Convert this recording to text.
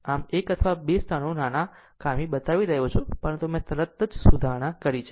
આમ 1 અથવા 2 સ્થાનો નાના ખામી બતાવી રહ્યો છે પરંતુ મેં તરત જ સુધારણા કરી છે